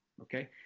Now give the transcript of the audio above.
okay